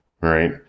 Right